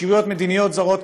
של אישיויות מדיניות זרות,